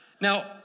Now